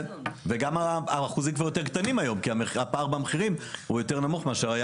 גם האחוזים כבר יותר קטנים היום כי הפער במחירים הוא יותר נמוך מאשר היה